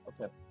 okay